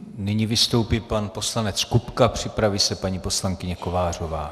Nyní vystoupí pan poslanec Kupka, připraví se paní poslankyně Kovářová.